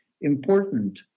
important